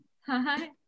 hi